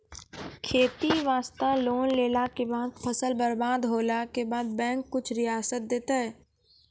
खेती वास्ते लोन लेला के बाद फसल बर्बाद होला के बाद बैंक कुछ रियायत देतै?